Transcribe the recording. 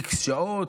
x שעות,